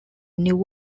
new